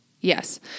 Yes